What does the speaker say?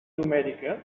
numèrica